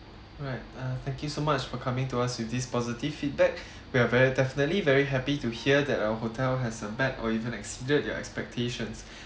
right uh thank you so much for coming to us with this positive feedback we are very definitely very happy to hear that our hotel has uh met or even exceeded your expectations